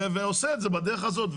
ועושה את זה בדרך הזאת.